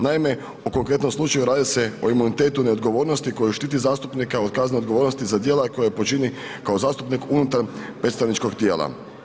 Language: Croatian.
Naime, u konkretnom slučaju radi se o imunitetu neodgovornosti koja štiti zastupnika od kaznene odgovornosti za djela koja počini kao zastupnik unutar predstavničkog tijela.